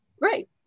Right